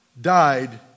died